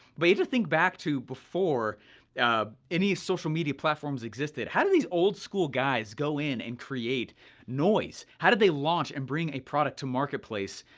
but you have to think back to before any social media platforms existed, how did these old-school guys go in and create noise? how did they launch and bring a product to marketplace?